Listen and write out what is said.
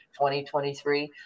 2023